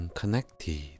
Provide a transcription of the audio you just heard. connected